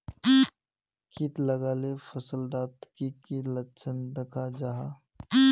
किट लगाले फसल डात की की लक्षण दखा जहा?